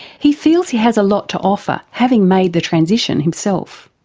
he feels he has a lot to offer, having made the transition himself.